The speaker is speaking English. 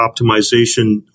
optimization